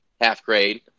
half-grade